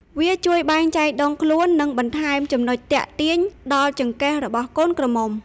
វាជួយបែងចែកដងខ្លួន និងបន្ថែមចំណុចទាក់ទាញដល់ចង្កេះរបស់កូនក្រមុំ។